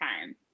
time